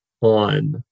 on